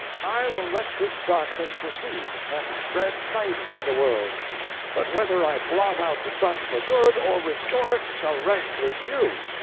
i will let this darkness proceed, and spread night in the world but whether i blot out the sun for good, or restore it, shall rest with you.